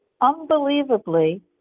Unbelievably